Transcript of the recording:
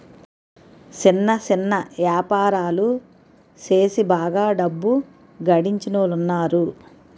సిన్న సిన్న యాపారాలు సేసి బాగా డబ్బు గడించినోలున్నారు